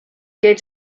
gave